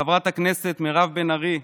לחברת הכנסת מירב בן ארי,